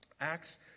Acts